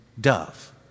dove